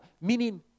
Meaning